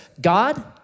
God